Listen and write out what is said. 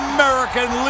American